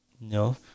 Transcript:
No